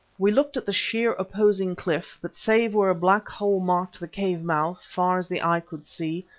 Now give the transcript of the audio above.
we looked at the sheer opposing cliff, but save where a black hole marked the cave mouth, far as the eye could see,